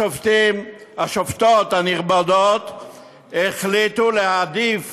השופטות הנכבדות החליטו להעדיף